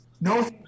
no –